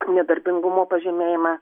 nedarbingumo pažymėjimą